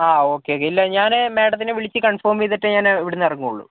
ആ okay okay ഇല്ല ഞാൻ മാഡത്തിനെ വിളിച്ചു കൺഫേം ചെയ്തിട്ടേ ഞാൻ ഇവിടുന്നു ഇറങ്ങുകയുള്ളൂ